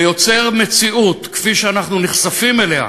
ויוצר מציאות כפי שאנחנו נחשפים אליה,